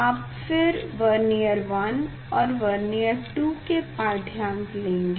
आप फिर वर्नियर 1 एवं वर्नियर 2 के पाढ़्यांक लेंगे